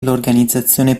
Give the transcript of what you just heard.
l’organizzazione